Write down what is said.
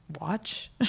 watch